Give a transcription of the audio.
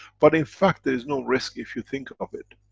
but, in fact is no risk if you think of it.